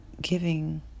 giving